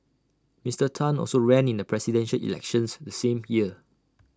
Mister Tan also ran in the Presidential Elections the same year